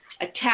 attack